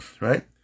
right